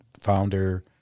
founder